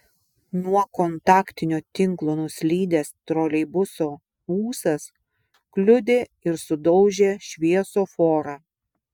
nuo kontaktinio tinklo nuslydęs troleibuso ūsas kliudė ir sudaužė šviesoforą